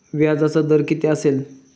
व्याजाचा दर किती असेल?